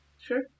Sure